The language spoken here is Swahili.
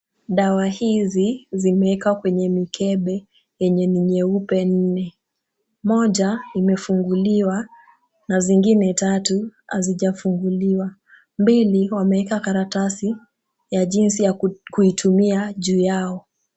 Dawa hizi zimewekwa kwenye mikebe yenye ni nyeupe nne. Moja imefunguliwa na zingine tatu hazijafunguliwa. Mbele, wameeka karatasi ya jinsi ya kuitumia juu yao.